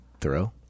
throw